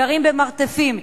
גרים במרתפים,